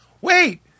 Wait